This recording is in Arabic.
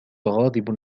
غاضب